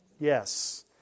yes